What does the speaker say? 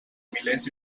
milers